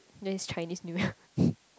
this is Chinese New Year